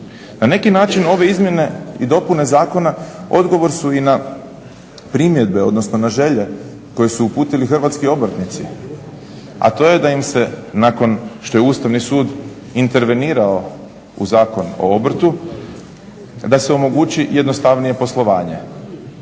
Na neki način ove izmjene i dopune zakona odgovor su i na primjedbe, odnosno na želje koje su uputili hrvatski obrtnici a to je da im se nakon što je Ustavni sud intervenirao u Zakon o obrtu da se omogući jednostavnije poslovanje